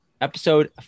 episode